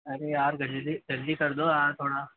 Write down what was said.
अरे यार जल्दी कर दो यार थोड़ा